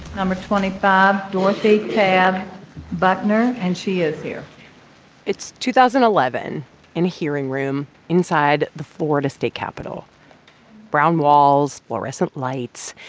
number twenty five dorothy tabb bucknor, and she is here it's two thousand and eleven in a hearing room inside the florida state capitol brown walls, fluorescent lights.